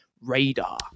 radar